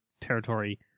territory